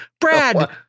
Brad